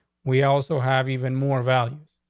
we also have even more value.